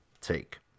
take